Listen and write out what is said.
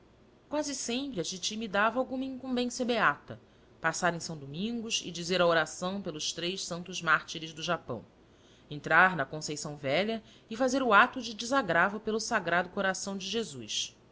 quase sempre a titi me dava alguma incumbência beata passar em são domingos e dizer a oração pelos três santos mártires do japão entrar na conceição velha e fazer o ato de desagravo pelo sagrado coração de jesus